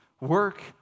work